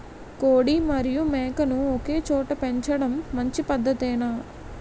కోడి మరియు మేక ను ఒకేచోట పెంచడం మంచి పద్ధతేనా?